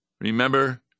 Remember